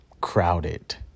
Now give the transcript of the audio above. crowded